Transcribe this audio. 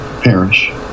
perish